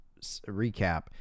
recap